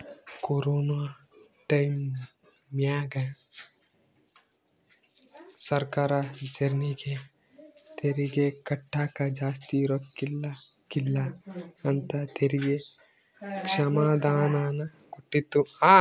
corona ಟೈಮ್ಯಾಗ ಸರ್ಕಾರ ಜರ್ನಿಗೆ ತೆರಿಗೆ ಕಟ್ಟಕ ಜಾಸ್ತಿ ರೊಕ್ಕಿರಕಿಲ್ಲ ಅಂತ ತೆರಿಗೆ ಕ್ಷಮಾದಾನನ ಕೊಟ್ಟಿತ್ತು